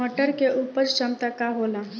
मटर के उपज क्षमता का होला?